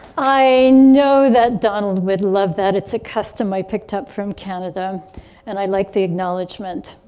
i know that donald would love that. it's a custom i picked up from canada and i like the acknowledgement.